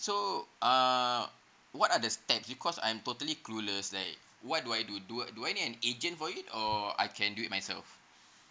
so uh what are the steps because I'm totally clueless like what do I do do~ do I need an agent for it or I can do it myself